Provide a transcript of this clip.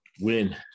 win